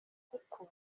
kuko